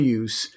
use